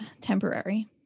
temporary